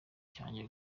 cyanjye